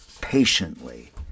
patiently